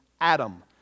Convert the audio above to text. Adam